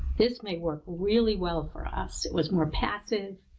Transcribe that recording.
this may work really well for us. it was more passive